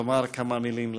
להגיד כמה מילים למליאה.